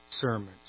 sermons